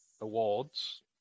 awards